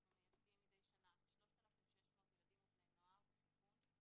אנחנו מייצגים מדי שנה כ-3,600 ילדים ובני נוער בסיכון,